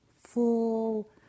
full